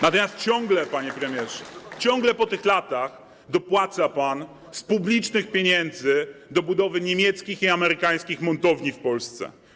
Natomiast ciągle, panie premierze, po tych latach dopłaca pan z publicznych pieniędzy do budowy niemieckich i amerykańskich montowni w Polsce.